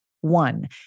one